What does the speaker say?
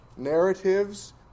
narratives